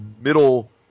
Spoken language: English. middle